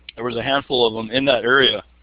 there were a handful of them in that area.